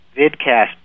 vidcast